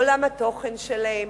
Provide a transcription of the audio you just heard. עולם התוכן שלהם,